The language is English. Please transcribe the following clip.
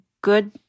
good